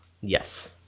yes